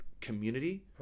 community